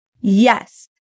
Yes